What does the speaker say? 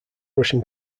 russian